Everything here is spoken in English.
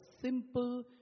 simple